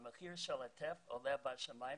המחיר של הטף עולה לשמים ומתפוצץ.